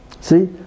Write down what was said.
see